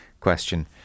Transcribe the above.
question